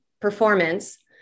performance